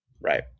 Right